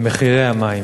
ומחירי המים.